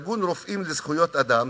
ארגון "רופאים לזכויות אדם",